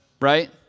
right